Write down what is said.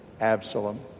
Absalom